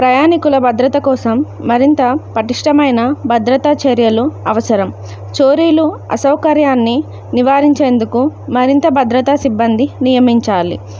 ప్రయాణికుల భద్రత కోసం మరింత పటిష్టమైన భద్రతా చర్యలు అవసరం చోరీలు అసౌకర్యాన్ని నివారించేందుకు మరింత భద్రత సిబ్బంది నియమించాలి